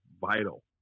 vital